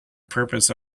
purpose